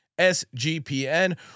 SGPN